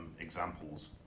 examples